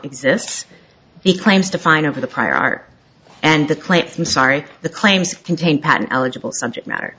exists he claims to find over the prior art and the clips i'm sorry the claims contain patent eligible subject matter